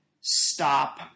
stop